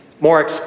more